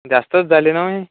जास्तच झाले ना हो हे